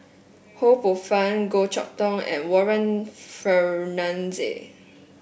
Ho Poh Fun Goh Chok Tong and Warren Fernandez